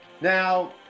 Now